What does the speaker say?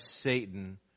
Satan